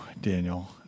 Daniel